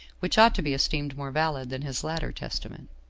which ought to be esteemed more valid than his latter testament.